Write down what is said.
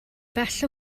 bell